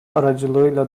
aracılığıyla